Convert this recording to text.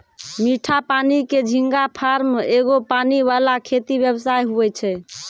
मीठा पानी के झींगा फार्म एगो पानी वाला खेती व्यवसाय हुवै छै